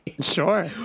sure